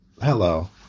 Hello